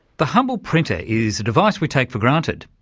the humble printer is a device we take for granted.